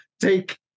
take